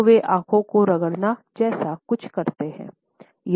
तो वे आँख को रगड़ना जैसा कुछ करते हैं